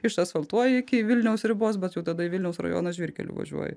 išasfaltuoji iki vilniaus ribos bet jau tada į vilniaus rajoną žvyrkeliu važiuoji